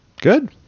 Good